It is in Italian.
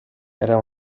era